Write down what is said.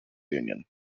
union